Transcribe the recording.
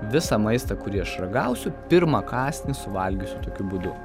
visą maistą kurį aš ragausiu pirmą kąsnį suvalgius tokiu būdu